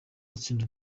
gutsinda